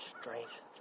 strength